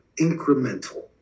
incremental